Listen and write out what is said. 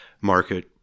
market